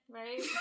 right